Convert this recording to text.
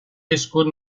viscut